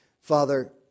Father